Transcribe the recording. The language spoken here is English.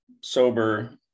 sober